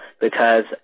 because-